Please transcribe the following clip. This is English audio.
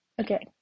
Okay